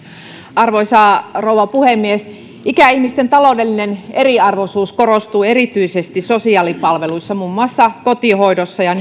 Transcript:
arvoisa rouva puhemies ikäihmisten taloudellinen eriarvoisuus korostuu erityisesti sosiaalipalveluissa muun muassa kotihoidossa ja